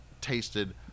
tasted